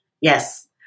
Yes